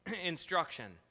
instruction